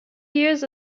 years